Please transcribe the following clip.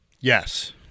Yes